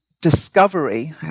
discovery